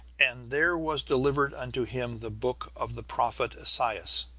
and there was delivered unto him the book of the prophet esaias.